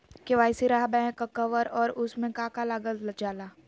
KYC रहा back cover और उसमें का का लागल जाला?